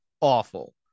awful